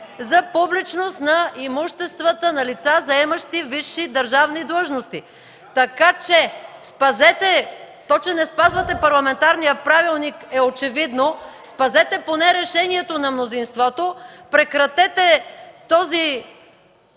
за публичност на имуществата на лица, заемащи висши държавни длъжности. То че не спазвате Парламентарния правилник, е очевидно. Спазете поне решението на мнозинството! Прекратете този